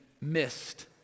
missed